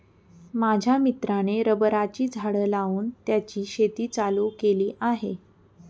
माझ्या मित्राने रबराची झाडं लावून त्याची शेती चालू केली आहे